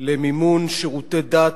למימון שירותי דת,